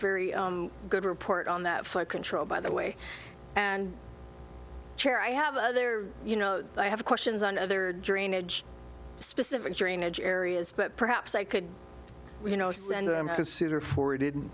very good report on that flood control by the way and chair i have other you know i have questions on other drainage specific drainage areas but perhaps i could you know send them to cedar forwarded